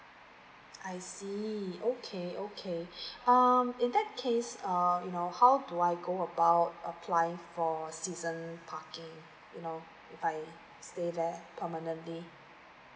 I see okay okay um in that case err you know how do I go about applying for season parking you know if I stay there permanently